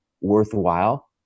worthwhile